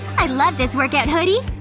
i love this workout hoodie!